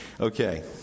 Okay